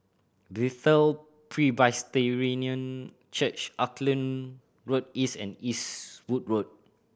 Bethel Presbyterian Church Auckland Road East and Eastwood Road